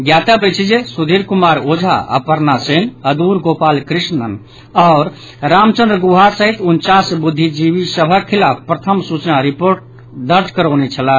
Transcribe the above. ज्ञातव्य अछि जे सुधीर कुमार ओझा अपर्णा सेन अद्र गोपाल कृष्णन आओर रामचंद्र गुहा सहित उनचास बुद्धिजीवी सभक खिलाफ प्रथम सूचना रिपोर्ट दर्ज करौने छलाह